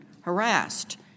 harassed